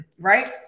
Right